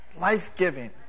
life-giving